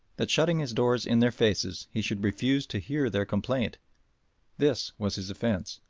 that shutting his doors in their faces he should refuse to hear their complaint this was his offence.